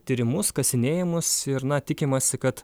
tyrimus kasinėjimus ir na tikimasi kad